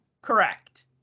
Correct